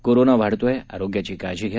corona वाढतोय आरोग्याची काळजी घ्या